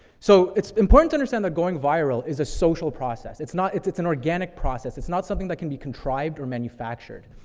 so it's important to understand that going viral is a social process. it's not it's, it's an organic process. it's not something that can be contrived or manufactured.